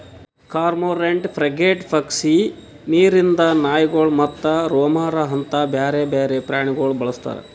cormorant, frigate ಪಕ್ಷಿ, ನೀರಿಂದ್ ನಾಯಿಗೊಳ್ ಮತ್ತ ರೆಮೊರಾ ಅಂತ್ ಬ್ಯಾರೆ ಬೇರೆ ಪ್ರಾಣಿಗೊಳ್ ಬಳಸ್ತಾರ್